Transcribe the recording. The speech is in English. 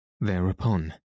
Thereupon